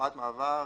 הוראת מעבר.